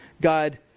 God